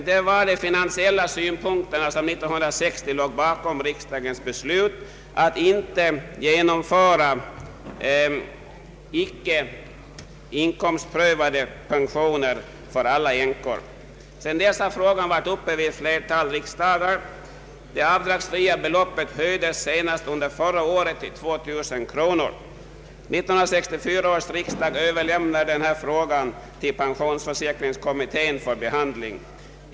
Det var de finansiella synpunkterna som 1960 låg bakom riksdagens beslut att inte slopa inkomstprövningen för alla änkor. Sedan dess har frågan varit uppe vid ett flertal riksdagar. Det avdragsfria beloppet höjdes senast under förra året till 2000 kronor. 1964 års riksdag överlämnade frågan till pensionsförsäkringskommittén för behandling.